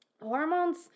Hormones